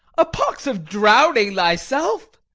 a pox of drowning thyself!